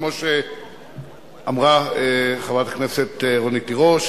כמו שאמרה חברת הכנסת רונית תירוש,